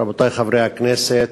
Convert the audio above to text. רבותי חברי הכנסת,